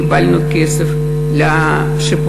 קיבלנו כסף לשיפוצים.